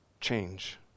change